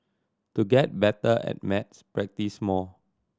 to get better at maths practise more